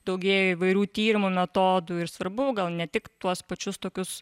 daugėja įvairių tyrimų metodų ir svarbu gal ne tik tuos pačius tokius